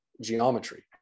geometry